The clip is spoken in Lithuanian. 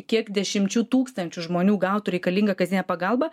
kiek dešimčių tūkstančių žmonių gautų reikalingą kasdienę pagalbą